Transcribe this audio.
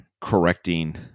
correcting